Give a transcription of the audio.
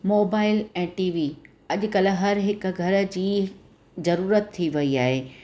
mobile ऐं T V अॼुकल्ह हर हिकु घर जी ज़रूरत थी वेई आहे